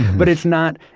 but it's not.